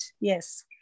yes